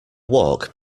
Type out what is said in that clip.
walk